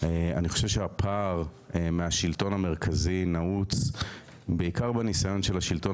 אני חושב שהפער בשלטון המרכזי נעוץ בעיקר בניסיון של השלטון